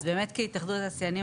אז באמת כהתאחדות התעשיינים,